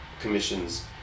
commissions